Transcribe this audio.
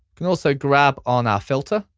can also grab on our filter,